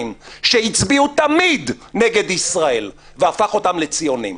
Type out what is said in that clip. שהצביעו תמיד נגד ישראל והפך אותם לציונים,